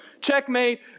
Checkmate